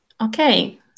Okay